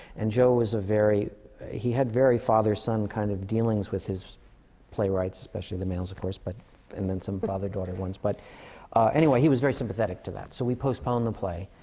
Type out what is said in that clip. and joe was a very he had very father-son kind of dealings with his playwrights, especially the males, of course. but and then some father-daughter ones. but anyway, he was very sympathetic to that. so we postponed the play.